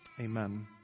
Amen